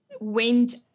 went